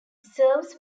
serves